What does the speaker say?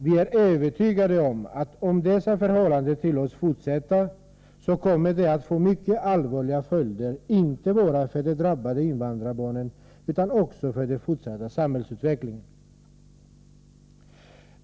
Vi är övertygade om att om dessa förhållanden tillåts fortsätta, kommer det att få mycket allvarliga följder inte bara för de drabbade invandrarbarnen, utan också för den fortsatta samhällsutvecklingen.